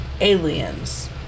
aliens